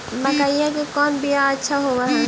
मकईया के कौन बियाह अच्छा होव है?